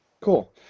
Cool